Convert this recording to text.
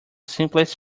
simplest